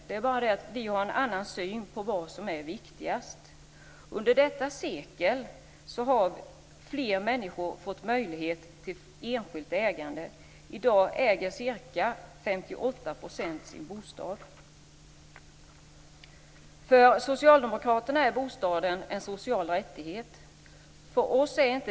Det är bara det att vi har en annan syn på vad som är viktigast. Under detta sekel har fler människor fått möjlighet till enskilt ägande. I dag äger ca 58 % sin bostad. För oss socialdemokrater är bostaden en social rättighet.